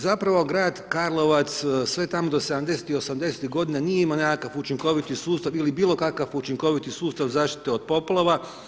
Zapravo grad Karlovac sve tamo do 70-tih i 80-tih godina nije imao nekakav učinkoviti sustav ili bilo kakav učinkoviti sustav zaštite od poplava.